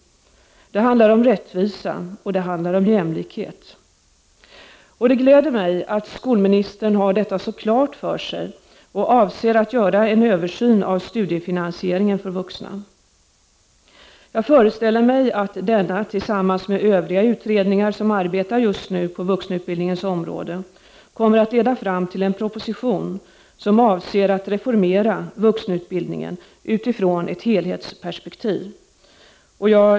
Det handlar om rättvisa och om jämlikhet. Det gläder mig att skolministern har detta så klart för sig och avser att göra en översyn av studiefinansieringen för vuxna. Jag föreställer mig att denna, tillsammans med övriga utredningar som arbetar just nu på vuxenutbildningens område, kommer att leda fram till en proposition som avser att reformera vuxenutbildningen utifrån ett helhetsperspektiv.